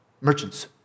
merchants